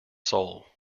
soul